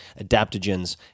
adaptogens